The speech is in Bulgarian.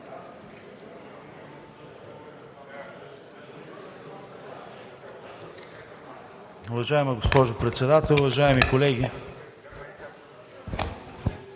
Уважаема госпожо Председател, уважаеми колеги